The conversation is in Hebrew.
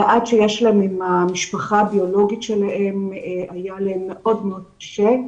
המעט שיש להם עם המשפחה הביולוגית שלהם היה מאוד מאוד קשה.